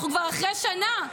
אנחנו כבר אחרי שנה,